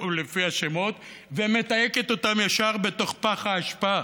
השמות ומתייקת אותם ישר בתוך פח האשפה,